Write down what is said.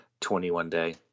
21-day